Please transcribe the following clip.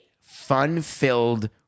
fun-filled